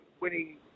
winning